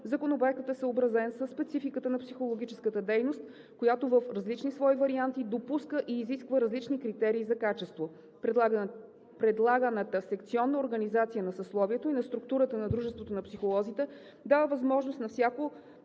Законопроектът е съобразен със спецификата на психологическата дейност, която в различни свои варианти допуска и изисква различни критерии за качество. Предлаганата секционна организация на съсловието и на структурата на Дружеството на психолозите дава възможност на всяко